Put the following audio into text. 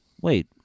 wait